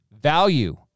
value